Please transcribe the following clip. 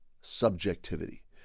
subjectivity